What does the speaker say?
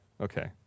Okay